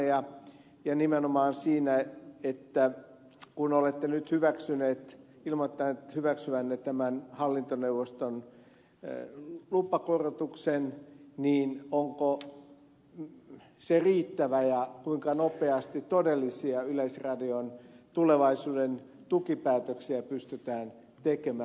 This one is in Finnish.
ja kun nimenomaan olette nyt ilmoittanut hyväksyvänne tämän hallintoneuvoston lupakorotuksen niin onko se riittävä ja kuinka nopeasti todellisia yleisradion tulevaisuuden tukipäätöksiä pystytään tekemään